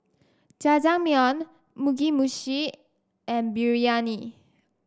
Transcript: Jajangmyeon Mugi Meshi and Biryani